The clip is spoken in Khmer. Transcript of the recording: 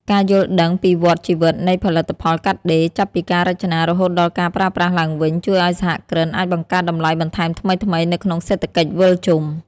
ការយល់ដឹងពីវដ្តជីវិតនៃផលិតផលកាត់ដេរ ចាប់ពីការរចនារហូតដល់ការប្រើប្រាស់ឡើងវិញ ជួយឱ្យសហគ្រិនអាចបង្កើតតម្លៃបន្ថែមថ្មីៗនៅក្នុងសេដ្ឋកិច្ចវិលជុំ។